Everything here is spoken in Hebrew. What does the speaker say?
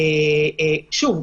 שוב,